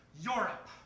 Europe